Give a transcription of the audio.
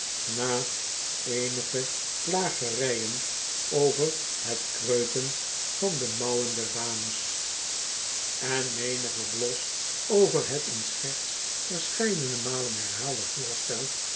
na eenige plagerijen over het kreuken van de mouwen der dames en menigen bios over het in scherts verscheidene malen herhaalde voorstel